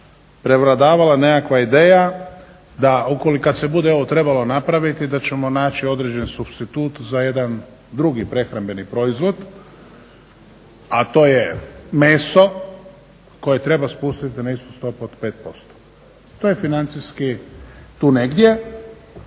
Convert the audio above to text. prevladavala nekakva ideja da kad se bude ovo trebalo napraviti da ćemo naći određen supstitut za jedan drugi prehrambeni proizvod, a to je meso koje treba spustiti na nisku stopu od 5%. To je financijski tu negdje.